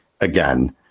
again